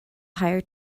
hire